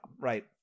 right